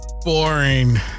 Boring